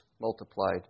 multiplied